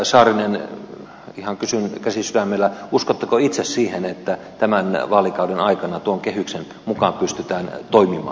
edustaja saarinen ihan kysyn käsi sydämellä uskotteko itse siihen että tämän vaalikauden aikana tuon kehyksen mukaan pystytään toimimaan